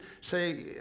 say